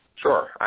Sure